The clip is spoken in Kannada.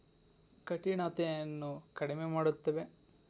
ಕಠಿಣತೆಯನ್ನು ಕಡಿಮೆ ಮಾಡುತ್ತವೆ